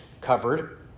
covered